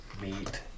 Meat